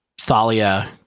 Thalia